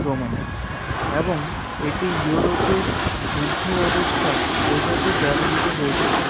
Roman এবং এটি ইউরোপের যুদ্ধ ব্যবস্থা বোঝাতে ব্যবহৃত হয়েছিলো